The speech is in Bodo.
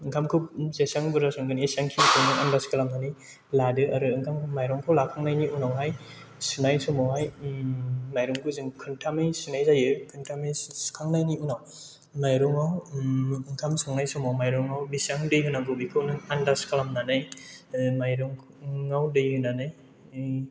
ओंखामखौ जेसेबां बुरजा संगोन एसेबां खेल खालामनानै आनदास खालामनानै लादो आरो ओंखाम माइरंखौ लाखांनायनि उनावहाय सुनाय समावहाय माइरंखौ जों खनथामै सुनाय जायो खनथामै सुखांनायनि उनाव माइरङाव ओंखाम संनाय समाव माइरङाव बेसाेबां दै होनांगौ बेखौ नों आनदाज खालामनानै